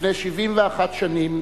לפני 71 שנים,